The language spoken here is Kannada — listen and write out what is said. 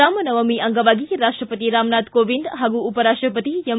ರಾಮನವಮಿ ಅಂಗವಾಗಿ ರಾಷ್ಲಪತಿ ರಾಮನಾಥ ಕೋವಿಂದ್ ಹಾಗೂ ಉಪರಾಷ್ಟಪತಿ ಎಂ